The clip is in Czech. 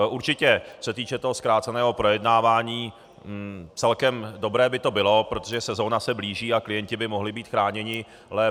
Určitě, co se týče toho zkráceného projednávání, celkem dobré by to bylo, protože sezóna se blíží a klienti by mohli být chráněni lépe.